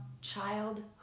childhood